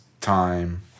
time